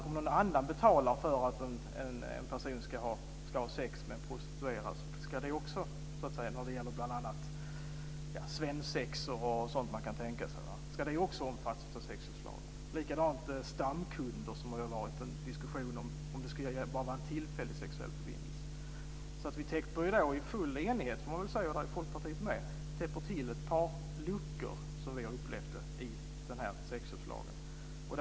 Om någon annan betalar för att en person ska ha sex med en prostituerad ska det också täckas. Det gäller bl.a. svensexor och liknande som man kan tänka sig. Ska det också omfattas av sexköpslagen? Likadant är det med stamkunder. Det har varit en diskussion om lagen bara ska gälla tillfällig sexuell förbindelse. I full enighet - och där är Folkpartiet med - täpper vi till ett par luckor som vi har upplevt finns i sexköpslagen.